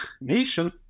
nation